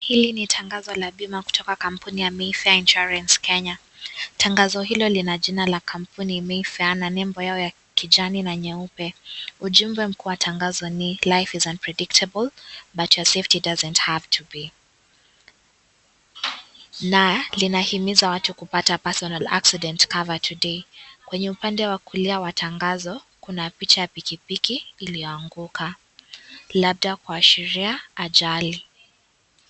Hili ni tangazo la bima kutoka kampuni ya Mayfair Insurance Kenya. Tangazo hilo lina jina ya kampuni Mayfair na nembo yao ya kijani na nyeupe. Ujumbe mkuu wa tangazo ni " Life is unpredictable but your safety doesn't have to be " na linawahimiza watu kupata personal accident cover today . Kwenye upande wa kulia wa tangazo, kuna picha ya pikipiki iliyoanguka, labda kuashiria ajali.